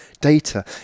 data